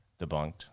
debunked